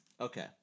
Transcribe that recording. Okay